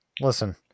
Listen